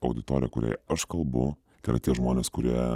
auditorija kuriai aš kalbu tai yra tie žmonės kurie